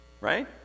Right